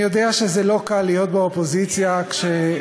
אני יודע שזה לא קל להיות באופוזיציה, היא